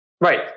Right